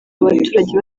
abaturage